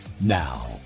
Now